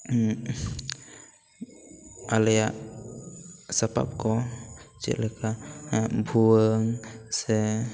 ᱟᱞᱮᱭᱟᱜ ᱥᱟᱯᱟᱵ ᱠᱚ ᱪᱮᱫ ᱞᱮᱠᱟ ᱵᱷᱩᱣᱟᱹᱝ ᱥᱮ